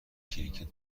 کریکت